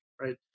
Right